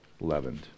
leavened